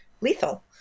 lethal